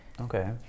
okay